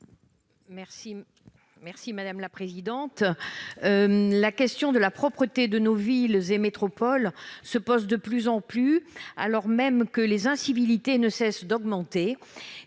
Brigitte Micouleau. La question de la propreté de nos villes et métropoles se pose de plus en plus, alors même que les incivilités ne cessent d'augmenter